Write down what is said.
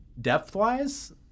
depth-wise